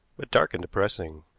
but dark and depressing,